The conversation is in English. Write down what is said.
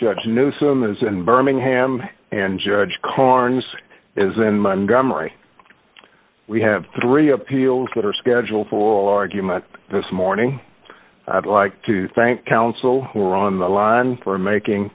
judge newsome is in birmingham and judge carnes is in montgomery we have three appeals that are scheduled for argument this morning i'd like to thank counsel who are on the line for making